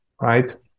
right